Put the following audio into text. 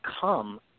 come